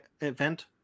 event